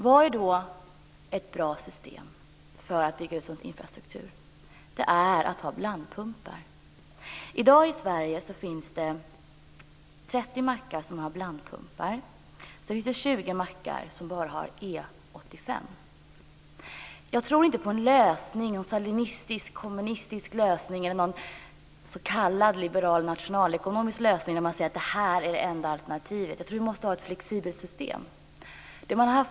Vad är då ett bra system för att bygga ut till en sådan infrastruktur? Jo, det är att ha blandpumpar. I dag i Sverige finns det 30 mackar som har blandpumpar och 20 mackar som bara har E 85. Jag tror inte på någon stalinistisk, kommunistisk eller någon s.k. liberal nationalekonomisk lösning som säger att detta är enda alternativet. Man måste ha ett flexibelt system.